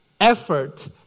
effort